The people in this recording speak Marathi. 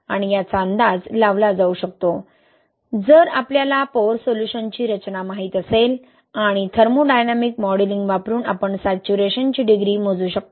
आणि याचा अंदाज लावला जाऊ शकतो जर आपल्याला पोअर सोल्यूशनची रचना माहित असेल आणि थर्मोडायनामिक मॉडेलिंग वापरून आपण सॅच्युरेशनची डिग्री मोजू शकतो